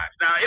Now